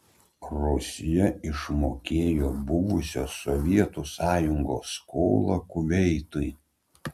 rusija išmokėjo buvusios sovietų sąjungos skolą kuveitui